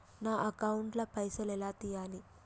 నా అకౌంట్ ల పైసల్ ఎలా తీయాలి?